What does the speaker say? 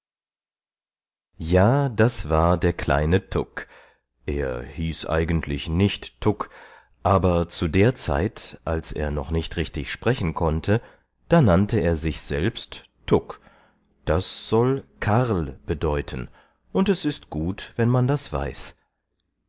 ja das war der kleine tuk er hieß eigentlich nicht tuk aber zu der zeit als er noch nicht richtig sprechen konnte da nannte er sich selbst tuk das soll karl bedeuten und es ist gut wenn man das weiß